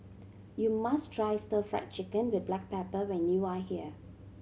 you must try Stir Fried Chicken with black pepper when you are here